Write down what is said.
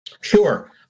Sure